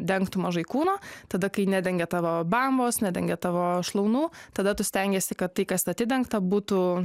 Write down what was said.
dengtų mažai kūno tada kai nedengia tavo bambos nedengia tavo šlaunų tada tu stengiesi kad tai kas atidengta būtų